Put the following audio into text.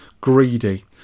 Greedy